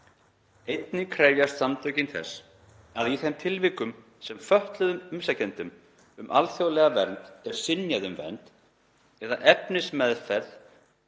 Einnig krefjast samtökin þess að í þeim tilvikum sem fötluðum umsækjendum um alþjóðlega vernd er synjað um vernd eða efnismeðferð